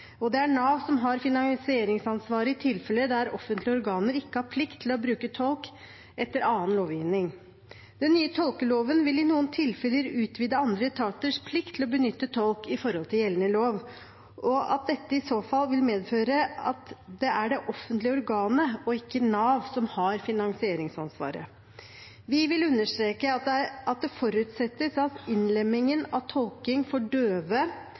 og det er Nav som har finansieringsansvaret i tilfeller der offentlige organer ikke har plikt til å bruke tolk etter annen lovgivning. Den nye tolkeloven vil i noen tilfeller utvide andre etaters plikt til å benytte tolk i forhold til gjeldende lov, og dette vil i så fall medføre at det er det offentlige organet og ikke Nav som har finansieringsansvaret. Vi vil understreke at det forutsettes at innlemmingen av tolking for døve,